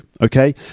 okay